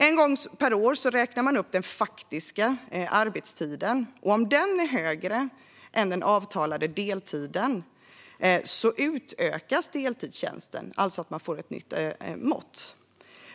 En gång per år räknar man den faktiska arbetstiden, och om den är högre än den avtalade deltiden utökas deltidstjänsten. Man får alltså ett nytt mått.